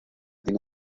tiene